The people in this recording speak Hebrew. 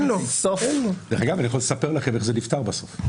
דרך אגב, אני יכול לספר לכם אך זה בסוף נפתר.